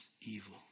evil